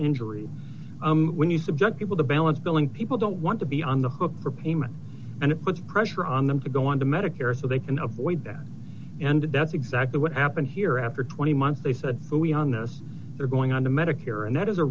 injury when you subject people to balance billing people don't want to be on the hook for payment and it puts pressure on them to go on to medicare so they can avoid that and that's exactly what happened here after twenty months they said but we on this are going on the medicare and that is a